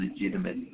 legitimate